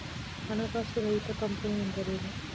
ಹಣಕಾಸು ರಹಿತ ಕಂಪನಿ ಎಂದರೇನು?